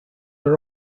are